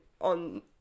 on